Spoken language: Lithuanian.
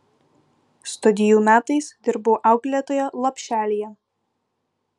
studijų metais dirbau auklėtoja lopšelyje